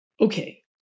Okay